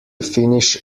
finish